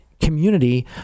community